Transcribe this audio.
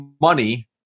money